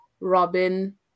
Robin